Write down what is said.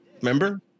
Remember